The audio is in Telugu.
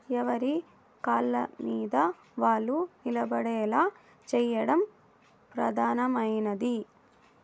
ఎవరి కాళ్ళమీద వాళ్ళు నిలబడేలా చేయడం ప్రధానమైనది